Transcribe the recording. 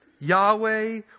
Yahweh